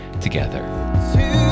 together